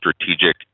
strategic